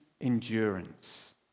endurance